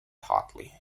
hotly